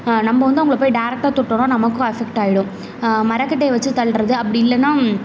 நம்ம வந்து அவங்கள போய் டேரெக்டாக தொட்டோனா நமக்கும் அஃபெக்ட்டாயிரும் மரக்கட்டையை வச்சு தள்ளுறது அப்படி இல்லைனா